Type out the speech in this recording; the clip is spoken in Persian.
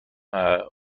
ارکستر